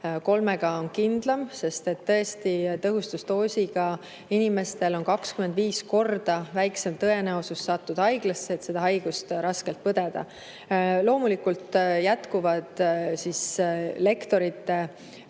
"Kolmega on kindlam", sest tõesti, tõhustusdoosiga inimestel on 25 korda väiksem tõenäosus sattuda haiglasse ja seda haigust raskelt põdeda. Loomulikult jätkuvad lektorite,